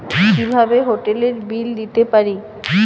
কিভাবে হোটেলের বিল দিতে পারি?